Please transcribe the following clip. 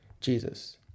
Jesus